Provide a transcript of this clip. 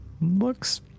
Looks